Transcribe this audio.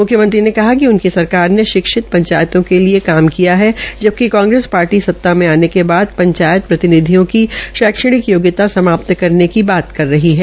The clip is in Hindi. मुख्मयंत्री ने कहा कि उनकी सरकार ने शिक्षित पंचायतो के लिए काम किया है जबकि कांग्रेस पार्टी सता मे आने के बाद पंचायत प्रतिनिधियों की शैक्षणिक योग्यता समाप्त करने की बात रही है